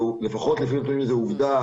לפחות לפי הנתונים זה עובדה.